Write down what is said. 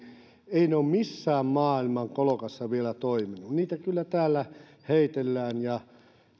ole missään maailmankolkassa vielä toimineet niitä kyllä täällä heitellään ja